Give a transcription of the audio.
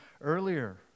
earlier